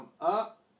up